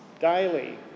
daily